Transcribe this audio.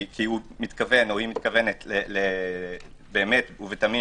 כי הוא מתכוון או הוא מתכוונת באמת ובתמים